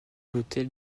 l’hôtel